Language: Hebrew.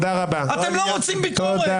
אתם לא רוצים ביקורת.